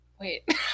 Wait